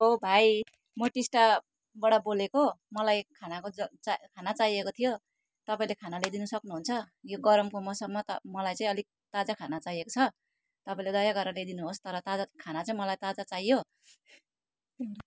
ओ भाइ म टिस्टाबाट बोलेको मलाई खानाको ज चा खाना चाहिएको थियो तपाईँले खाना ल्याइदिनु सक्नुहुन्छ यो गरमको मौसममा त मलाई चाहिँ अलिक ताजा खाना चाहिएको छ तपाईँले दया गरेर ल्याइदिनु होस् तर ताजा खाना चाहिँ मलाई ताजा चाहियो